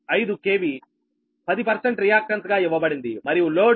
45 KV10 reactance గా ఇవ్వబడింది మరియు లోడ్ 57 MVA10